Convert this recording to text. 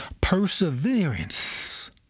perseverance